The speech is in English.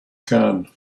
can